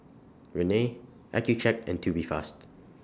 Rene Accucheck and Tubifast